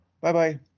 Bye-bye